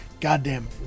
goddamn